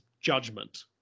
judgment